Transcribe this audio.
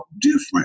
different